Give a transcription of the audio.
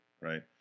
Right